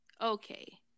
Okay